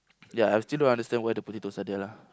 ya I still don't understand why the potatoes are there lah